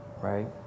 Right